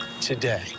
today